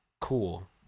cool